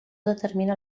determina